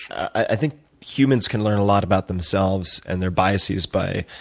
i think humans can learn a lot about themselves and their biases by